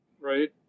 right